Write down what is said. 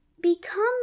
become